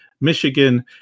Michigan